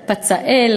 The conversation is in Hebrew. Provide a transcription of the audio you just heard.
פצאל,